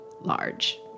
large